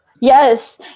Yes